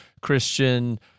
Christian